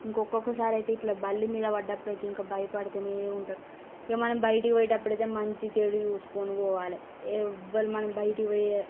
ఇంకొక్కసారి అయితే ఇట్లా బల్లి మీద పడినప్పుడు ఇంకా భయపడుతూనే ఉంటారు ఏమైనా బయటికి పోయేటప్పుడైతె మంచిగా చెడు చూసుకుని పోవాలి ఎవ్వరూ మనం బయటిపోయే